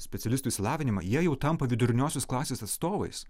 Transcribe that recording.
specialistų išsilavinimą jie jau tampa viduriniosios klasės atstovais